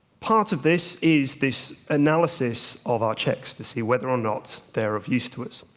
part of this is this analysis of our checks to see whether or not they're of use to us.